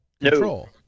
control